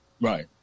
right